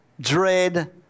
dread